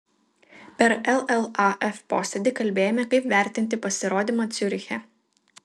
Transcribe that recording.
per llaf posėdį kalbėjome kaip vertinti pasirodymą ciuriche